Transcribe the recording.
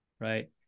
Right